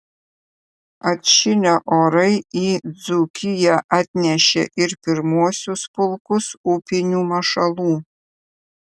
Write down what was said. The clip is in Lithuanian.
atšilę orai į dzūkiją atnešė ir pirmuosius pulkus upinių mašalų